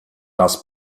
das